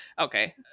okay